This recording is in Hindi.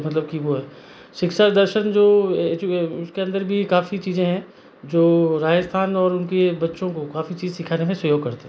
मतलब कि वो है शिक्षा दर्शन जो उसके अंदर भी काफ़ी चीज़ें हैं जो राजस्थान और उनके बच्चों को काफ़ी चीज़ सिखाने में सहयोग करते हैं